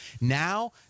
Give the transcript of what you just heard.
now